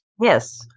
Yes